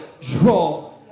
draw